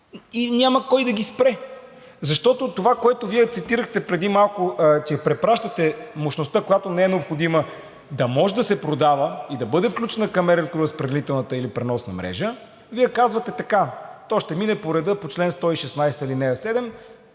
и няма кой да ги спре, защото това, което Вие цитирахте преди малко, че препращате мощността, която не е необходима, да може да се продава и да бъде включена към електроразпределителната или преносната мрежа, Вие казвате така: то ще мине по реда по чл. 116, ал. 7.